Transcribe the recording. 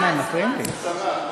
השרה.